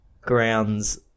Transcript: grounds